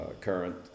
current